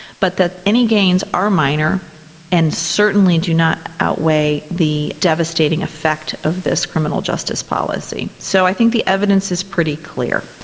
but that any gains are minor and certainly do not outweigh the devastating effect of this criminal justice policy. so i think the evidence is pretty clear.